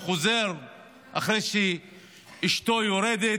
וחזר אחרי שאשתו ירדה.